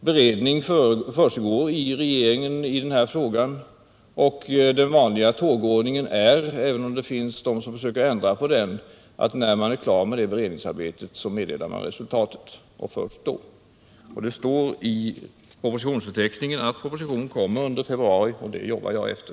Beredningen försiggår i regeringen i denna fråga, och den vanliga tågordningen är — även om det finns de som försöker ändra på den — att när beredningsarbetet är klart meddelas resultatet. Det står i propositionsförteckningen att en proposition kommer under februari, och det jobbar jag efter.